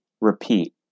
Repeat